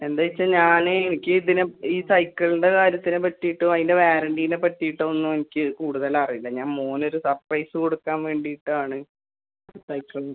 എന്താച്ചാ ഞാന് എനിക്കിതിനെ ഈ സൈക്കിൾൻ്റെ കാര്യത്തിനെ പറ്റീട്ടോ അതിൻ്റെ വാറണ്ടീനെ പറ്റീട്ടൊന്നും എനിക്ക് കൂടുതലറീല്ല ഞാൻ മോനൊര് സർപ്രൈസ് കൊടുക്കാൻ വേണ്ടീട്ടാണ് ഈ സൈക്കിള്